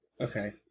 Okay